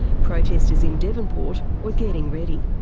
protesters in devonport were getting ready.